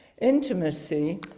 intimacy